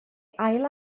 ail